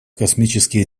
космические